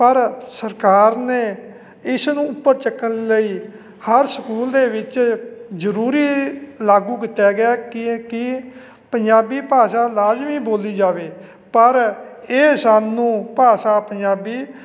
ਪਰ ਸਰਕਾਰ ਨੇ ਇਸ ਨੂੰ ਉੱਪਰ ਚੁੱਕਣ ਲਈ ਹਰ ਸਕੂਲ ਦੇ ਵਿੱਚ ਜ਼ਰੂਰੀ ਲਾਗੂ ਕੀਤਾ ਗਿਆ ਕਿ ਏ ਕਿ ਪੰਜਾਬੀ ਭਾਸ਼ਾ ਲਾਜ਼ਮੀ ਬੋਲੀ ਜਾਵੇ ਪਰ ਇਹ ਸਾਨੂੰ ਭਾਸ਼ਾ ਪੰਜਾਬੀ